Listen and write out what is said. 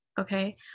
Okay